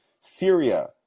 Syria